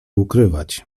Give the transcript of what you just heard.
ukrywać